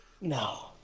no